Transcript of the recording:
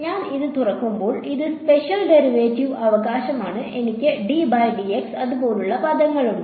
ഞാൻ ഇത് തുറക്കുമ്പോൾ ഇത് സ്പേഷ്യൽ ഡെറിവേറ്റീവ് അവകാശമാണ് എനിക്ക് അത് പോലുള്ള പദങ്ങളുണ്ട്